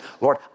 Lord